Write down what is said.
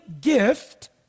gift